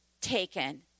taken